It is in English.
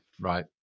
Right